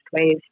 ways